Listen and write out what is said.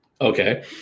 Okay